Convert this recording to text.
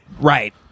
Right